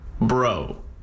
bro